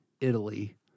Italy